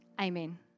Amen